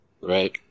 right